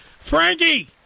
Frankie